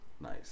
nice